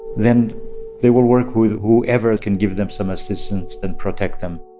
then they will work with whoever can give them some assistance and protect them